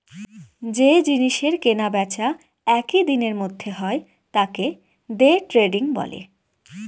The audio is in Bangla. যে জিনিসের কেনা বেচা একই দিনের মধ্যে হয় তাকে দে ট্রেডিং বলে